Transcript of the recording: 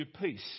peace